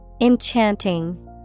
Enchanting